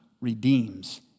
redeems